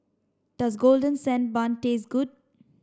does golden sand bun taste good